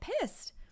pissed